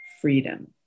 freedom